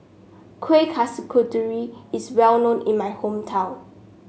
Kuih is well known in my hometown